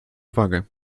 uwagę